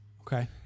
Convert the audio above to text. Okay